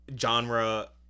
genre